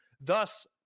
Thus